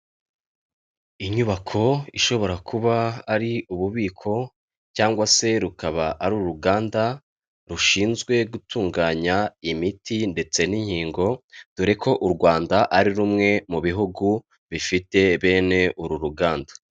Inyubako ishobora kuba ari ububiko cyangwa se rukaba ari uruganda rushinzwe gutunganya imiti ndetse n'inkingo, dore ko u Rwanda ari rumwe mu bihugu bifite bene uru ruganda.